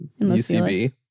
UCB